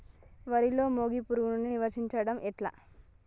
వరిలో మోగి పురుగును నివారించడం ఎట్లా?